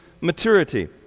maturity